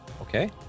Okay